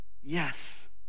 Yes